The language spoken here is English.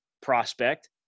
prospect